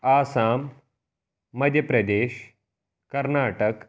Assam Madhya Pradesh Karnataka